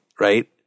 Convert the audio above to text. right